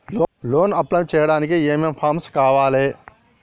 Loan apply చేయడానికి ఏం ఏం ఫామ్స్ కావాలే?